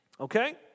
Okay